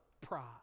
pride